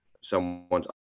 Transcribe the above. someone's